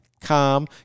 calm